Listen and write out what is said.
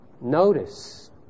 Notice